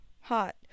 Hot